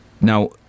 now